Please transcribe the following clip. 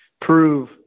prove